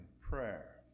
prayer